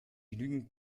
genügend